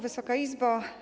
Wysoka Izbo!